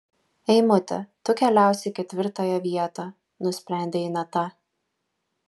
eimuti tu keliausi į ketvirtąją vietą nusprendė ineta